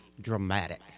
dramatic